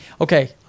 Okay